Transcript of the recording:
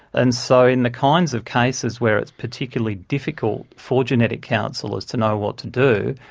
and so in the kinds of cases where it's particularly difficult for genetic counsellors to know what to do,